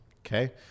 Okay